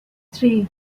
three